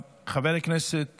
חבר הכנסת